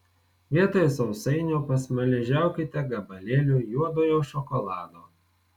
vietoj sausainio pasmaližiaukite gabalėliu juodojo šokolado